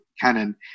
Canon